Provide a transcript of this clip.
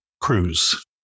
cruise